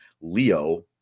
Leo